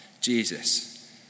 Jesus